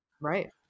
Right